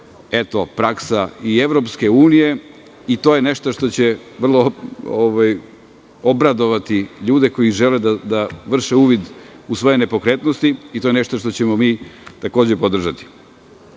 što je praksa i EU. To je nešto što će obradovati ljude koji žele da vrše uvid u svoje nepokretnosti i to je nešto što ćemo mi takođe podržati. Ono